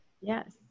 Yes